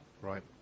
Right